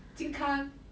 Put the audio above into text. jin kang